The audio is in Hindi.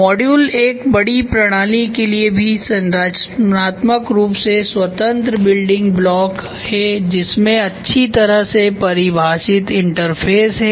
मॉड्यूल एक बड़ी प्रणाली के लिए संरचनात्मक रूप से स्वतंत्र बिल्डिंग ब्लॉक हैं जिसमें अच्छी तरह से परिभाषित इंटरफेस हैं